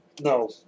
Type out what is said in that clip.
no